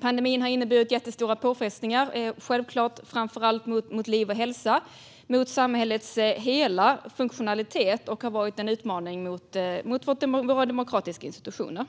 Pandemin har inneburit jättestora påfrestningar, självklart framför allt för liv och hälsa och för samhällets hela funktionalitet, och det har varit en utmaning för våra demokratiska institutioner.